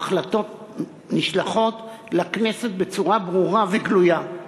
ההחלטות נשלחות לכנסת בצורה ברורה וגלויה.